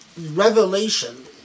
revelation